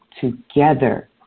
together